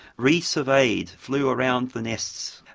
resurveyed, flew around the nests,